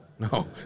No